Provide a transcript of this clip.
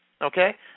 Okay